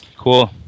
Cool